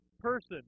person